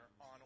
on